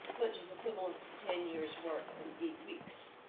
which is equivalent to ten years work in eight weeks.